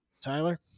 Tyler